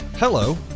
Hello